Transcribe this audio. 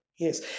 Yes